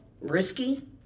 risky